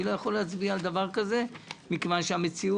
אני לא יכול להצביע על דבר כזה מכיוון שכל